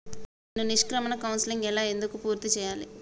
నేను నిష్క్రమణ కౌన్సెలింగ్ ఎలా ఎందుకు పూర్తి చేయాలి?